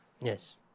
Yes